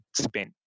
spent